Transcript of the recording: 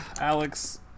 Alex